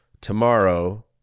tomorrow